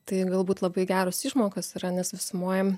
tai galbūt labai geros išmokos yra nes visumuoj